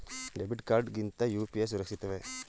Debit card ಗಿಂತ UPI ಸುರಕ್ಷಿತವೇ?